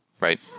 Right